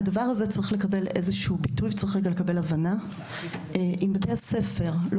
הדבר הזה צריך לקבל ביטוי והבנה שאם בתי הספר לא